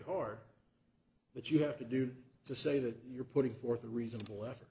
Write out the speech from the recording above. hard but you have to do to say that you're putting forth a reasonable e